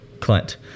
Clint